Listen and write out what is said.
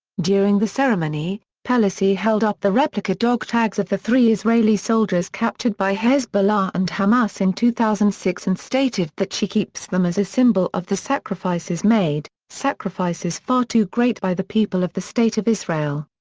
during the ceremony, pelosi held up the replica dog tags of the three israeli soldiers captured by hezbollah and hamas in two thousand and six and stated that she keeps them as a symbol of the sacrifices made, sacrifices far too great by the people of the state of israel.